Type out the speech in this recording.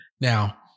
Now